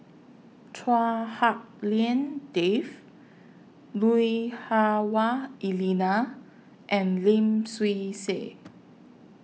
Chua Hak Lien Dave Lui Hah Wah Elena and Lim Swee Say